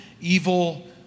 evil